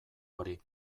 hori